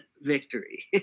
victory